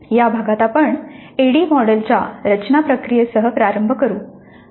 या भागात आपण ऍडी मॉडेलच्या रचना प्रक्रियेसह प्रारंभ करू